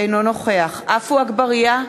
אינו נוכח עפו אגבאריה,